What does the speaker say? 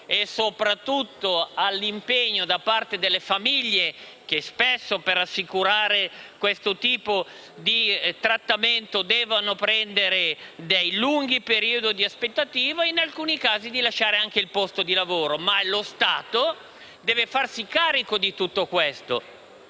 e, soprattutto, all'impegno delle famiglie, i cui membri spesso per assicurare questo tipo di trattamento devono prendere lunghi periodi di aspettativa e, in alcuni casi, lasciare il posto di lavoro. Dunque, lo Stato deve farsi carico di tutto questo.